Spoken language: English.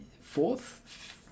Fourth